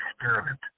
experiment